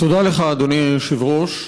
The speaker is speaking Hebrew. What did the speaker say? תודה לך, אדוני היושב-ראש,